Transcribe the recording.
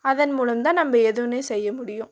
அதன் மூலம் தான் நம்ம எதுனே செய்ய முடியும்